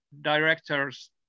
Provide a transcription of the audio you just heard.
directors